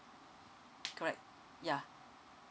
correct ya